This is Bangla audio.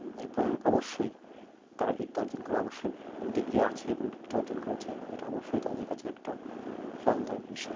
এবং অবশ্যই তারা বিদ্যা অর্জন করে অবশ্যই ডিগ্রি আছে এবং ডিগ্রিটা অর্জন করেছে এটা অবশ্যই তাদের কাছে একটা ফলদায়ক বিষয়